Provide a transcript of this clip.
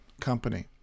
company